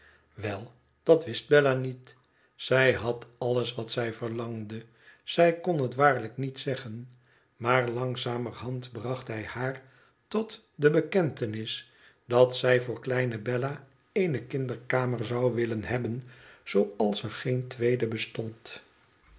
wel dat wist bella niet zij had alles wat zij verlangde zij kon het waarlijk niet zeggen maar langzamerhand bracht hij haar tot de bekentenis dat zij voor kleine bella eene kinderkamer zou willen hebben zooals er geen tweede bestond